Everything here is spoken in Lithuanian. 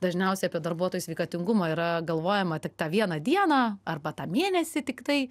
dažniausiai apie darbuotojų sveikatingumą yra galvojama tik tą vieną dieną arba tą mėnesį tiktai